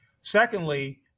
Secondly